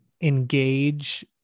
engage